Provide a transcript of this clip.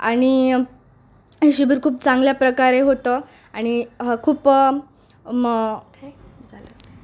आणि शिबीर खूप चांगल्या प्रकारे होतं आणि हा खूप मग काय झालं